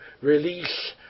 release